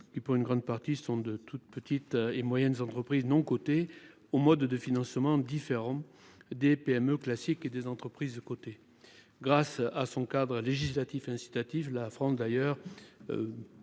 dont la plupart sont de toutes petites et moyennes entreprises non cotées, au mode de financement différent de celui des PME classiques et des entreprises cotées. Grâce à son cadre législatif incitatif, la France est